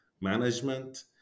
management